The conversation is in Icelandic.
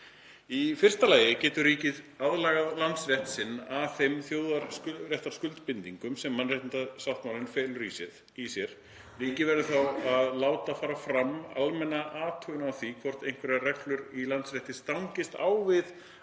Í fyrsta lagi getur ríki aðlagað landsrétt sinn að þeim þjóðréttarskuldbindingum sem mannréttindasáttmálinn felur í sér. Ríkið verður þá að láta fara fram almenna athugun á því hvort einhverjar reglur í landsrétti þess stangist á við